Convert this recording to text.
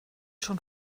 schon